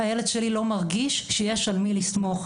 הילד שלי לא מרגיש שיש על מי לסמוך.